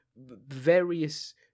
various